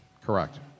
Correct